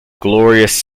glorious